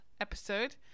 Episode